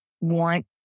want